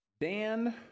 Dan